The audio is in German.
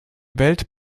welt